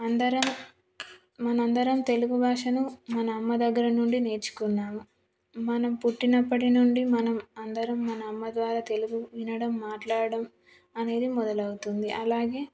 అందరం మనందరం తెలుగు భాషను మన అమ్మ దగ్గర నుండి నేర్చుకున్నాము మనం పుట్టినప్పటి నుండి మనం అందరం మన అమ్మ ద్వారా తెలుగు వినడం మాట్లాడడం అనేది మొదలవుతుంది అలాగే